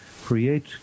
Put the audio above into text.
create